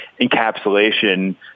encapsulation